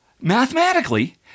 mathematically